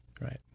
right